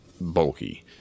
bulky